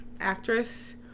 actress